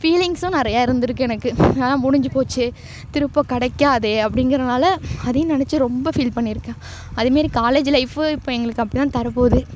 ஃபீலிங்ஸும் நிறையா இருந்திருக்கு எனக்கு அதான் முடிஞ்சுபோச்சே திரும்ப கிடைக்காதே அப்டிங்கிறதுனால அதையும் நெனைச்சி ரொம்ப ஃபீல் பண்ணியிருக்கேன் அதுமாரி காலேஜு லைஃபு இப்போ எங்களுக்கு அப்படித்தான் தரப்போகுது